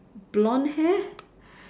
blond hair